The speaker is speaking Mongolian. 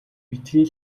битгий